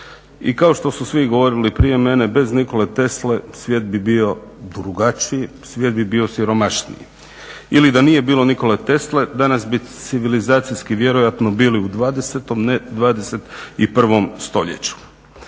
I kao što su svi govorili prije mene bez Nikole Tesle svijet bi bio drugačiji, svijet bi bio siromašniji ili da nije bilo Nikole Tesle danas bi civilizacijski vjerojatno bili u 20.ne 21.stoljeću.